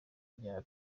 rya